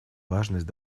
важность